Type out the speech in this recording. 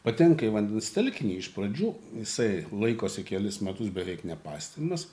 patenka į vandens telkinį iš pradžių jisai laikosi kelis metus beveik nepastebimas